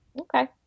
Okay